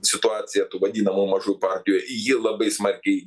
situacija tų vadinamų mažų partijų ji labai smarkiai